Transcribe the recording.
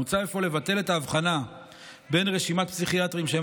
מוצע אפוא לבטל את ההבחנה בין רשימת פסיכיאטרים שהם